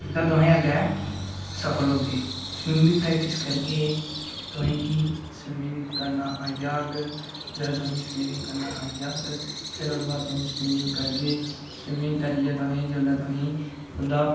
ते तुसें अग्गें सफल होगे उंदी प्रैक्टिस करगे तुसें गी स्विमिंग करना आई जाह्ग ते तुसें ई स्विमिंग करना आई जाह्ग फिर ओह्दे बाद तुस स्विमिंग करगे स्विमिंग करियै तुसें ई जोल्लै तुसें ई उ'दा